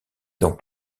dans